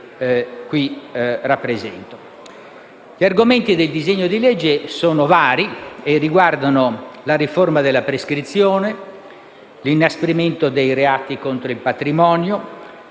Gli argomenti del disegno di legge sono vari e riguardano la riforma della prescrizione, l'inasprimento dei reati contro il patrimonio,